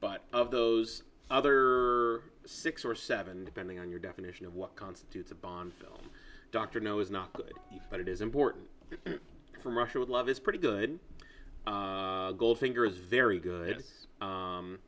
but of those other six or seven depending on your definition of what constitutes a bond film dr no is not good but it is important from russia with love is pretty good goldfinger is very good